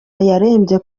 yarembye